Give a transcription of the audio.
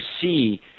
see